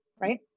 right